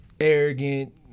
arrogant